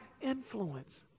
influence